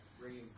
bringing